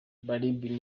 barbie